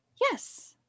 Yes